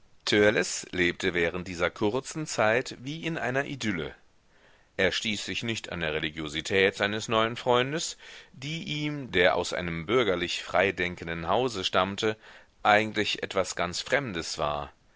lebte während dieser kurzen zeit wie in einer idylle er stieß sich nicht an der religiosität seines neuen freundes die ihm der aus einem bürgerlich freidenkenden hause stammte eigentlich etwas ganz fremdes war